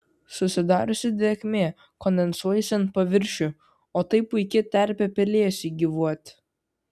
susidariusi drėgmė kondensuojasi ant paviršių o tai puiki terpė pelėsiui gyvuoti